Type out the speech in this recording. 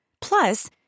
Plus